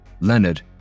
Leonard